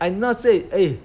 I not say eh